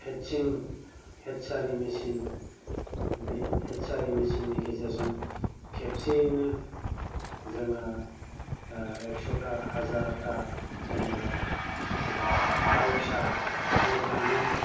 हेट्चिं हेट्चारि मेशिन हेट्चारि मेशिननि गेजेरजों खेबसेयैनो जोङो एकस'था हाजारथा जोङो दाउ फिसा गहोनानै